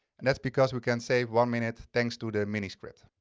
and that's because we can save one minute thanks to the mini-script.